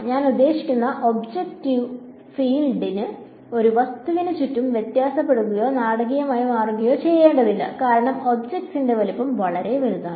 ഞാൻ ഉദ്ദേശിക്കുന്ന object field ഒരു വസ്തുവിന് ചുറ്റും വ്യത്യാസപ്പെടുകയോ നാടകീയമായി മാറുകയോ ചെയ്യേണ്ടതില്ല കാരണം ഒബ്ജക്റ്റിന്റെ വലുപ്പം വളരെ വലുതാണ്